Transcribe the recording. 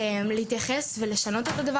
להתייחס אליו ולשנות אותו,